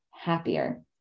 happier